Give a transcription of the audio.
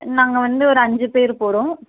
நாங்கள் வந்து ஒரு அஞ்சு பேர் போகிறோம்